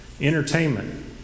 Entertainment